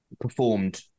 performed